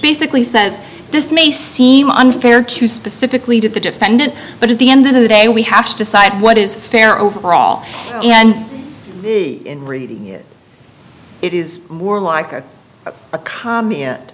basically says this may seem unfair to specifically to the defendant but at the end of the day we have to decide what is fair overall and in reading it is more like a